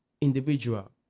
individual